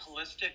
holistic